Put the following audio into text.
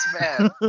man